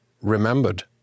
remembered